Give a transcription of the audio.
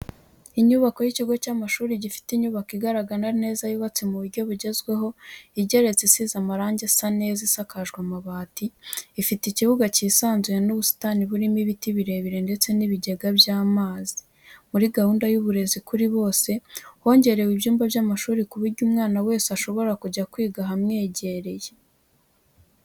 Inyubako y'ikigo cy'amashuri, gifite inyubako igaragara neza yubatse mu buryo bugezweho igeretse, isize amarange asa neza, isakajwe amabati, ifite ikibuga cyisanzuye n'ubusitani burimo ibiti birebire, ndetse n'ibigega by'amazi. Muri gahunda y'uburezi kuri bose hongerewe ibyumba by'amashuri ku buryo umwana wese ashobora kujya kwiga ahamwegereye.